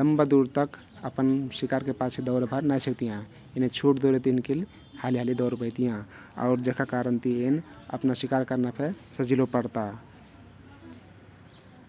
लम्बा दुर तक अपन शिकारकर पाछे दौरे भर नाई सक्तियाँ । एने छोट दुरीक तहिन किल हाली हाली दौर पइतियाँ आउर जेहका करनति एन अपना शिकार करना फे सजिलो पर्ता ।